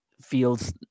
feels